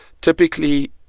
typically